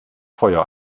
feuer